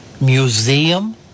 museum